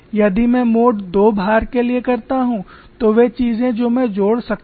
यदि मैं mode II भार के लिए करता हूं तो वे चीजें जो मैं जोड़ सकता हूं